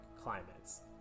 climates